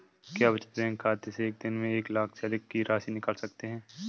क्या बचत बैंक खाते से एक दिन में एक लाख से अधिक की राशि निकाल सकते हैं?